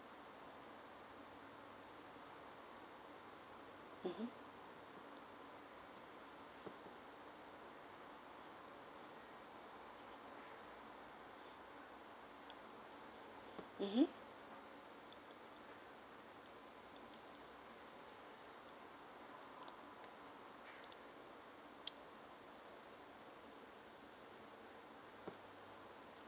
mmhmm mmhmm